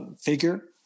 figure